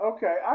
Okay